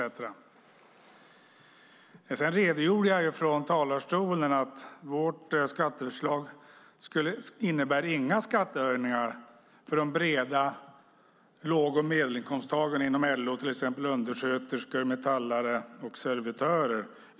Här i talarstolen redogjorde jag tidigare för att vårt skatteförslag inte innebär några skattehöjningar för breda grupper låg och medelinkomsttagare inom LO, till exempel undersköterskor, metallare och servitörer.